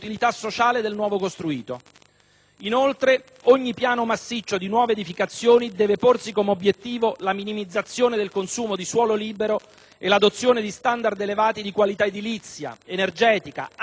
Inoltre, ogni piano massiccio di nuove edificazioni deve porsi come obiettivo la minimizzazione del consumo di suolo libero e l'adozione di *standard* elevati di qualità edilizia, energetica, anche estetica per le nuove case.